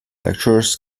lecturers